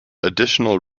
additional